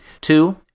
Two